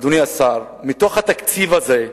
אדוני השר, מתוך התקציב הזה,